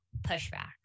pushback